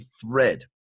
thread